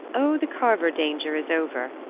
oh, the carver danger is over.